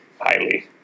Highly